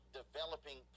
developing